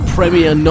Premier